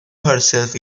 herself